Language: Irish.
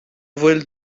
bhfuil